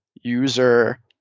user